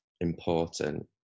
important